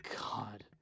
God